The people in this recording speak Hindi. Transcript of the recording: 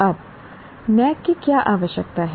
अब NAAC की क्या आवश्यकता है